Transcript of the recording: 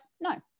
no